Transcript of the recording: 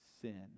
sin